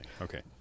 Okay